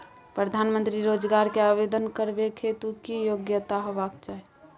प्रधानमंत्री रोजगार के आवेदन करबैक हेतु की योग्यता होबाक चाही?